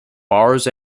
bars